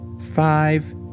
Five